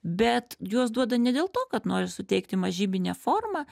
bet juos duoda ne dėl to kad nori suteikti mažybinę formą